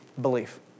Belief